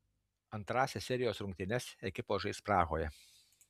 antrąsias serijos rungtynes ekipos žais prahoje